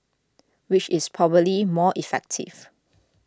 which is probably more effective